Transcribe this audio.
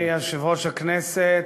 אדוני יושב-ראש הכנסת,